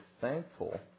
thankful